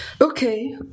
Okay